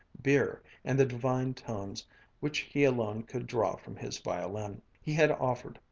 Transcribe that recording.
beer, and the divine tones which he alone could draw from his violin. he had offered,